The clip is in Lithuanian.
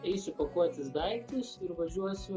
eisiu pakuotis daiktus ir važiuosiu